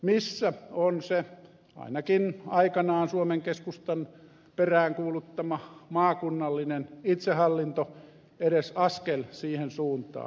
missä on se ainakin aikanaan suomen keskustan peräänkuuluttama maakunnallinen itsehallinto edes askel siihen suuntaan